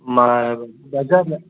மா பஜாரில்